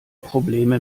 probleme